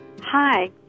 Hi